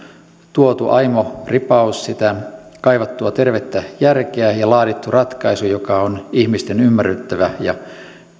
tuotu aimo ripaus sitä kaivattua tervettä järkeä ja ja laadittu ratkaisu joka on ihmisten ymmärrettävä ja